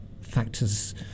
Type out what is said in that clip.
factors